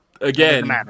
again